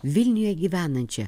vilniuje gyvenančią